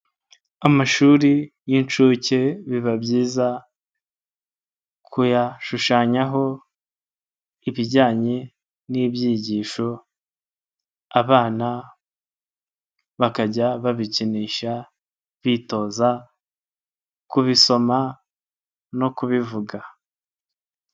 Amashuri y'incuke biba byiza kuyashushanyaho ibijyanye n'ibyigisho abana bakajya babikinisha bitoza kubisoma no kubivuga.